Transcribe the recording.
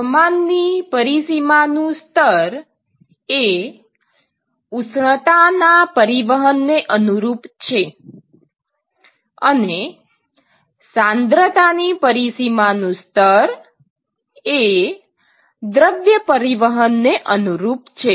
તાપમાનની પરિસીમાનું સ્તર એ ઉષ્ણતાના પરિવહન ને અનુરૂપ છે અને સાંદ્રતા ની પરિસીમાનું સ્તર એ દ્રવ્ય પરિવહન ને અનુરૂપ છે